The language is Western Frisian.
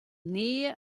nea